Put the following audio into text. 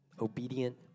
obedient